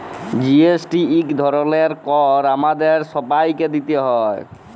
GST ইক ধরলের কর আমাদের ছবাইকে দিইতে হ্যয়